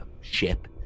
ship